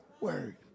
word